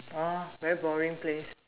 oh very boring place